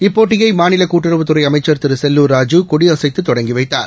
இப்போட்டியை மாநில கூட்டுறவுத்துறை அமைச்சர் திரு செல்லூர் ராஜூ கொடியசைத்து தொடங்கி வைத்தார்